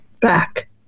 back